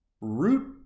root